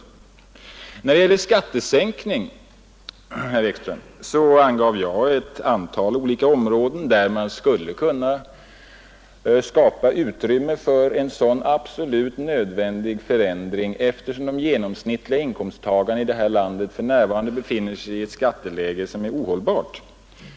Vad beträffar skattesänkning, herr Ekström, angav jag ett antal olika områden där utrymme skulle kunna skapas för en sådan absolut nödvändig förändring — eftersom de genomsnittliga inkomsttagarna i det här landet för närvarande befinner sig i ett skatteläge som är ohållbart.